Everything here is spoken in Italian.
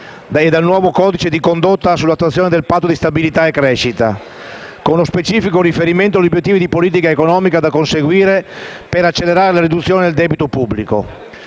dal nuovo codice di condotta sull'attuazione del Patto di stabilità e crescita, con specifico riferimento agli obiettivi di politica economica da conseguire per accelerare la riduzione del debito pubblico.